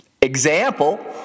example